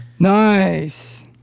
Nice